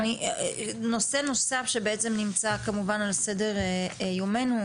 נושא נוסף שבעצם נמצא על סדר יומנו,